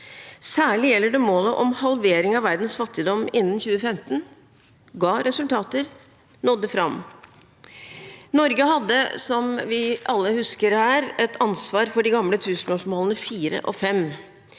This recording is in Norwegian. Særlig gjelder det målet om halvering av verdens fattigdom innen 2015 – ga resultater, nådde fram. Norge hadde, som vi alle husker her, et særskilt ansvar for de gamle tusenårsmålene 4 og 5.